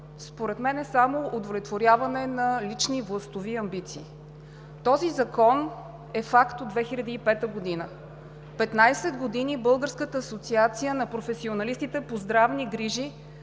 според мен само удовлетворяване на лични властови амбиции. Този закон е факт от 2005 г. Петнадесет години Българската асоциация на професионалистите по здравни грижи